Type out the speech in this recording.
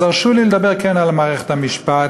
אז הרשו לי לדבר כן על מערכת המשפט,